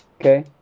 Okay